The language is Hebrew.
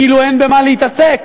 כאילו אין במה להתעסק,